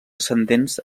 ascendents